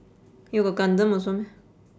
you got gundam also meh